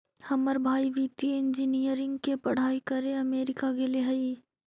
हमर भाई वित्तीय इंजीनियरिंग के पढ़ाई करे अमेरिका गेले हइ